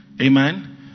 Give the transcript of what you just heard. Amen